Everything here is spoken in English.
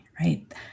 right